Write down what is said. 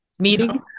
Meeting